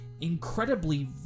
incredibly